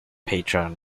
patron